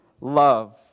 love